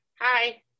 Hi